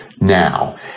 Now